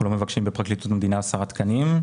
אנחנו לא מבקשים בפרקליטות המדינה 10 תקנים.